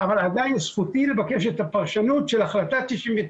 אבל עדיין זכותי לבקש את הפרשנות של החלטה 99'